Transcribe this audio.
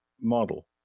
model